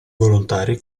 volontari